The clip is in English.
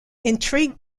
intrigued